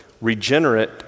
Regenerate